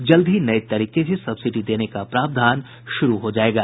जल्द ही नये तरीके से सब्सिडी देने का प्रावधान शुरू हो जायेगा